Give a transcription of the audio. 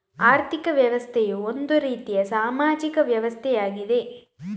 ಆರ್ಥಿಕ ವ್ಯವಸ್ಥೆಯು ಒಂದು ರೀತಿಯ ಸಾಮಾಜಿಕ ವ್ಯವಸ್ಥೆಯಾಗಿದೆ